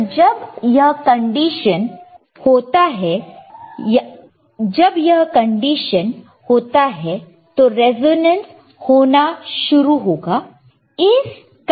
तो जब यह कंडीशन होता है तो रेजोनेंस होना शुरू होगा